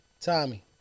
Tommy